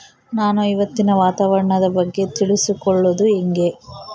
ನಾನು ಇವತ್ತಿನ ವಾತಾವರಣದ ಬಗ್ಗೆ ತಿಳಿದುಕೊಳ್ಳೋದು ಹೆಂಗೆ?